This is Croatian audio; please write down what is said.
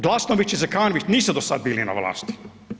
Glasnović i Zekanović nisu do sada bili na vlasti.